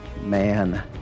Man